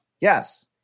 yes